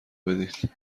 بدین